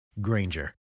Granger